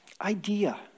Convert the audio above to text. idea